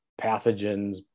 pathogens